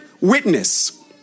witness